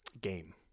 game